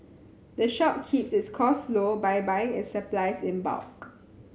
the shop keeps its costs low by buying its supplies in bulk